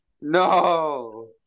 No